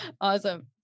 Awesome